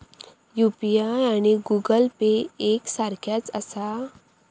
UPI आणि Google Pay एक सारख्याच आसा?